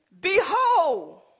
Behold